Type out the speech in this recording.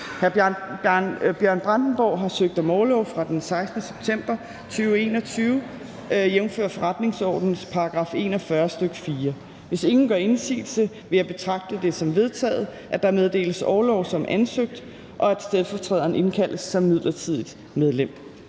Bjørn Brandenborg (S) har søgt om orlov fra den 16. september 2021, jf. forretningsordenens § 41, stk. 4. Hvis ingen gør indsigelse, vil jeg betragte det som vedtaget, at der meddeles orlov som ansøgt, og at stedfortræderen indkaldes som midlertidigt medlem.